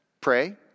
pray